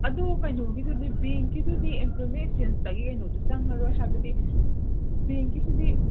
ꯑꯗꯨ ꯀꯩꯅꯣꯒꯤꯗꯨꯗꯤ ꯕꯦꯡꯀꯤꯗꯨꯗꯤ ꯑꯦꯝꯄ꯭ꯂꯣꯏꯃꯦꯟ ꯑꯦꯛꯁꯆꯦꯟꯁꯇꯒꯤ ꯀꯩꯅꯣꯗꯨ ꯆꯪꯉꯔꯣꯏ ꯍꯥꯏꯕꯗꯤ ꯕꯦꯡꯀꯤꯁꯤꯗꯤ